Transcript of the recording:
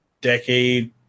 decade